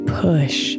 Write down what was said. push